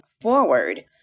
forward